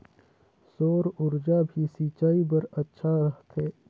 सौर ऊर्जा भी सिंचाई बर अच्छा रहथे?